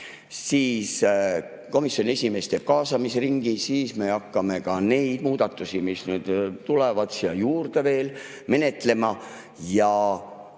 Siis komisjoni esimees teeb kaasamisringi ja siis me hakkame ka neid muudatusi, mis tulevad siia juurde veel, menetlema.